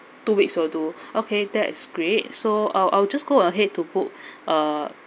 two weeks will do okay that's great so uh I'll just go ahead to book a